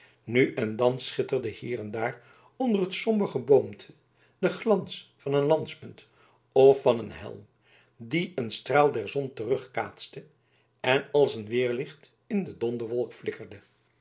nu en dan schitterde hier en daar onder het somber geboomte de glans van een lanspunt of van een helm die een straal der zon terugkaatste en als een weerlicht in de donderwolk